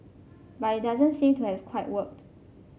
but it doesn't seem to have quite worked